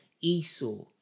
Esau